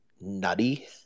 nutty